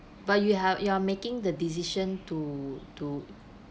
but you have you're making the decision to to